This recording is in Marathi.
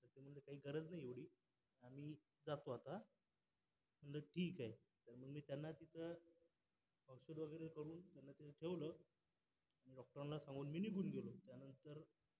ते म्हणले काही गरज नाही एवढी आम्ही जातो आता म्हटलं ठीक आहे मग मी त्यांना तिथं औषधं वगैरे करून त्यांना तिथे ठेवलं आणि डॉक्टरांना सांगून मी निघून गेलो त्यानंतर